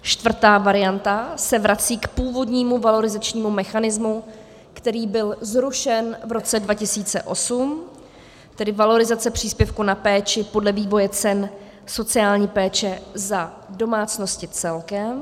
Čtvrtá varianta se vrací k původnímu valorizačnímu mechanismu, který byl zrušen v roce 2008, tedy valorizace příspěvku na péči podle vývoje cen sociální péče za domácnosti celkem.